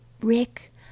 Rick